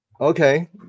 Okay